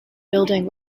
building